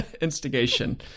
instigation